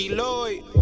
Lloyd